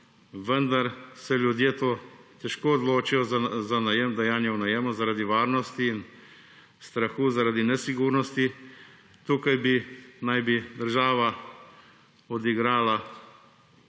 vendar se ljudje težko odločijo za dajanje v najem zaradi varnosti in strahu zaradi nesigurnosti. Tukaj naj bi država odigrala večjo